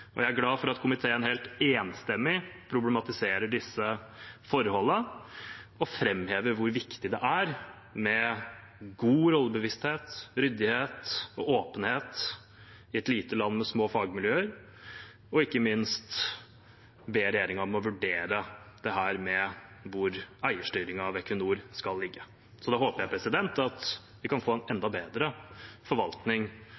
Jeg er glad for at komiteen helt enstemmig problematiserer disse forholdene og framhever hvor viktig det er med god rollebevissthet, ryddighet og åpenhet i et lite land med små fagmiljøer, og at vi ikke minst ber regjeringen vurdere dette med hvor eierstyringen av Equinor skal ligge. Så da håper jeg at vi kan få en